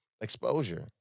exposure